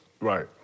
Right